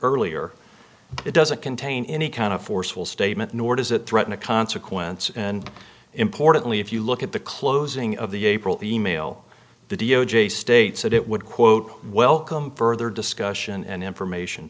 earlier it doesn't contain any kind of forceful statement nor does it threaten a consequence and importantly if you look at the closing of the april email the d o j states that it would quote welcome further discussion and information